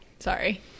Sorry